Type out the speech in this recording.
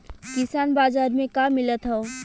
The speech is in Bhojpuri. किसान बाजार मे का मिलत हव?